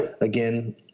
again